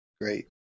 Great